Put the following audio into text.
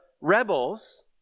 rebels